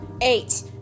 eight